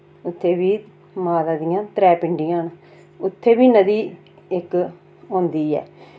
उत्थै बी माता दियां त्रै पिण्डियां न उत्थै बी नदी इक होंदी ऐ